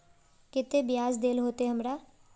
केते बियाज देल होते हमरा?